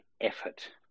effort